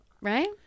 right